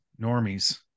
normies